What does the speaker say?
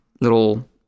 little